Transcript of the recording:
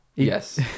Yes